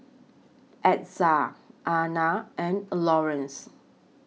Ezzard Ana and Lawerence